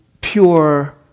pure